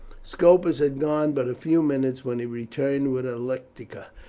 scopus had gone but a few minutes when he returned with a lectica,